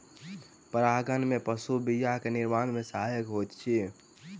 परागन में पशु बीया के निर्माण में सहायक होइत अछि